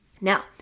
Now